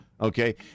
okay